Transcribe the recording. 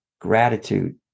gratitude